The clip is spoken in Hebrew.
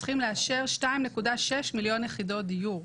צריכים לאשר 2.6 מיליון יחידות דיור.